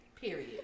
Period